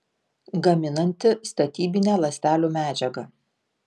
gaminanti statybinę ląstelių medžiagą